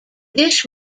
dish